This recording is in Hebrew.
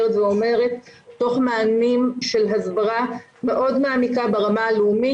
תוך מענים של הסברה מאוד מעמיקה ברמה הלאומית.